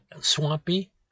swampy